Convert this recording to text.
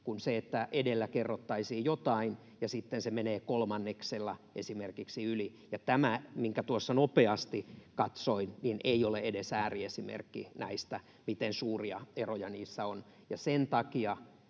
sijaan että edellä kerrottaisiin jotain ja sitten se menee esimerkiksi kolmanneksella yli. Tämä, minkä tuossa nopeasti katsoin, ei ole edes ääriesimerkki näistä, miten suuria eroja niissä on.